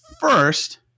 first